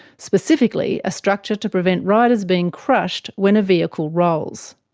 specifically a structure to prevent riders being crushed when a vehicle rolls.